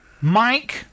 Mike